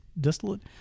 distillate